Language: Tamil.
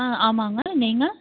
ஆ ஆமாங்க நீங்கள்